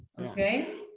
okay?